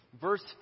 verse